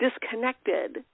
disconnected